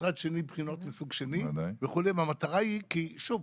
במשרד שני בחינות מסוג שני וכו', כי, שוב,